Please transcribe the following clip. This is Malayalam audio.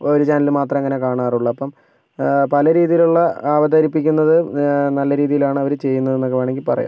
ഒരു ചാനൽ മാത്രമേ അങ്ങനെ കാണാറുള്ളു അപ്പം പല രീതിയിലുള്ള അവതരിപ്പിക്കുന്നത് നല്ല രീതിലാണ് അവർ ചെയ്യുന്നത് എന്നൊക്കെ വേണമെങ്കിൽ പറയാം